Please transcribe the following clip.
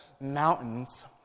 mountains